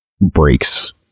breaks